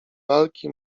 walki